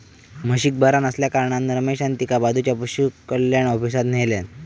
म्हशीक बरा नसल्याकारणान रमेशान तिका बाजूच्या पशुकल्याण ऑफिसात न्हेल्यान